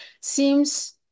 seems